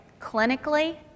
clinically